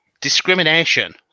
discrimination